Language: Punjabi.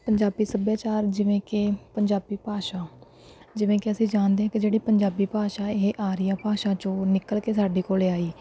ਪੰਜਾਬੀ ਸੱਭਿਆਚਾਰ ਜਿਵੇਂ ਕਿ ਪੰਜਾਬੀ ਭਾਸ਼ਾ ਜਿਵੇਂ ਕਿ ਅਸੀਂ ਜਾਣਦੇ ਹਾਂ ਕਿ ਜਿਹੜੇ ਪੰਜਾਬੀ ਭਾਸ਼ਾ ਇਹ ਆਰੀਆ ਭਾਸ਼ਾ ਜੋ ਨਿਕਲ ਕੇ ਸਾਡੇ ਕੋਲ ਆਈ